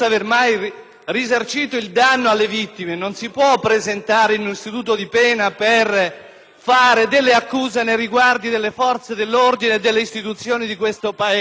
risarcito il danno alle vittime, non si può presentare in un istituto di pena per fare delle accuse nei riguardi delle forze dell'ordine e delle istituzioni di questo Paese.